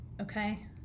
okay